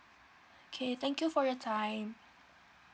okay thank you for your time